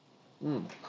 mm